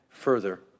further